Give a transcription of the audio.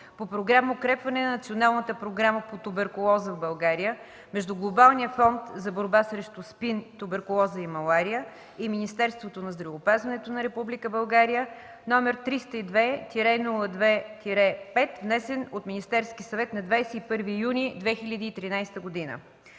по Програма „Укрепване на Националната програма по туберкулоза в България” между Глобалния фонд за борба срещу СПИН, туберкулоза и малария и Министерството на здравеопазването на Република България, № 302-02-5, внесен от Министерския съвет на 21 юни 2013 г.